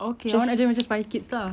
okay awak nak jadi macam spy kids lah